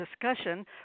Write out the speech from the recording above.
discussion